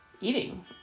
eating